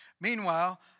Meanwhile